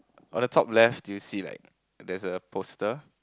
but the top left do you see like that's a poster